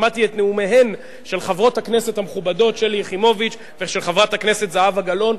שמעתי את נאומיהן של חברות הכנסת המכובדות שלי יחימוביץ וזהבה גלאון,